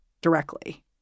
directly